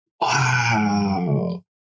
Wow